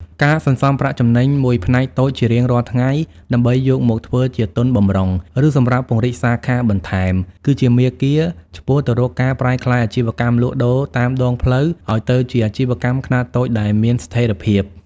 ការសន្សំប្រាក់ចំណេញមួយផ្នែកតូចជារៀងរាល់ថ្ងៃដើម្បីយកមកធ្វើជាទុនបម្រុង ឬសម្រាប់ពង្រីកសាខាបន្ថែម គឺជាមាគ៌ាឆ្ពោះទៅរកការប្រែក្លាយអាជីវកម្មលក់ដូរតាមដងផ្លូវឱ្យទៅជាអាជីវកម្មខ្នាតតូចដែលមានស្ថិរភាព។